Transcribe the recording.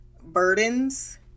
burdens